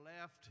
left